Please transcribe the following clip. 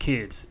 kids